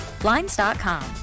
Blinds.com